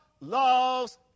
loves